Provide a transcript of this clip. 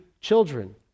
children